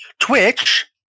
Twitch